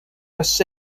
jose